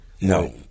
No